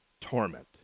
torment